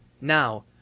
Now